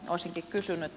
olisinkin kysynyt